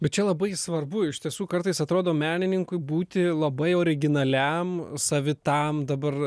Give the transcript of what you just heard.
bet čia labai svarbu iš tiesų kartais atrodo menininkui būti labai originaliam savitam dabar